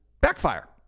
backfire